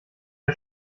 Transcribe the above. der